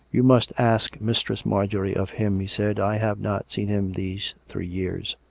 you must ask mistress marjorie of him, he said. i have not seen him these three years.